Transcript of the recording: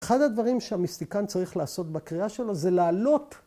‫אחד הדברים שהמיסטיקן צריך ‫לעשות בקריאה שלו זה לעלות.